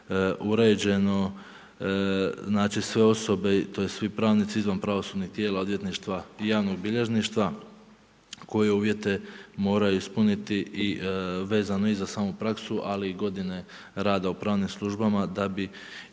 uređeno, znači sve osobe, tj. svi pravnici izvan pravosudnih tijela odvjetništva i javnog bilježništva koje uvjete moraju ispuniti vezano i za samu prakse, ali i godine rada u pravnim službama da bi